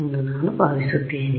ಎಂದು ನಾನು ಭಾವಿಸುತ್ತೇನೆ